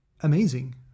amazing